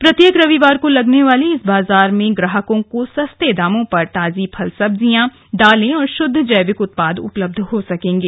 प्रत्येक रविवार को लगने वाले इस बाजार में ग्राहकों को सस्ते दामों पर ताजी फल सब्जियां दाले व शुद्व जैविक उत्पाद उपलब्ध हो सकेगें